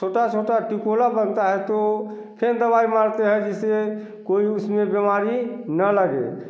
छोटा छोटा टिकोला बनता हैं तो फिर दवाई मारते हैं जिससे कोई उसमें बीमारी ना लगे